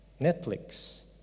Netflix